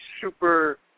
super